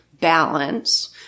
balance